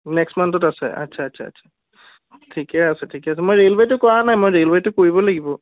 next মান্থত আছে আচ্ছা আচ্ছা ঠিকে আছে ঠিকে আছে মই ৰেইলৱে'টো কৰা নাই মই ৰেইলৱে'টো কৰিব লাগিব